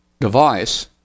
device